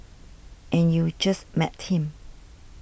and you just met him